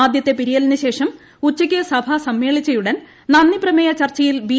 ആദ്യത്തെ പിരിയലിന് ശേഷം ഉച്ചയ്ക്ക് സഭ സമ്മേളിച്ചയുടൻ നന്ദി പ്രമേയ ചർച്ചയിൽ ബി